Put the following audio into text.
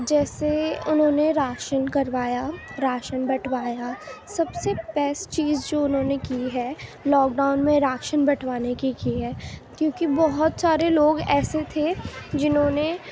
جیسے انہوں نے راشن کروایا راشن بٹوایا سب سے بیسٹ چیز جو انہوں نے کی ہے لاک ڈاؤن میں راشن بٹوانے کی کی ہے کیونکہ بہت سارے لوگ ایسے تھے جنہوں نے